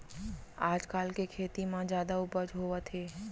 आजकाल के खेती म जादा उपज होवत हे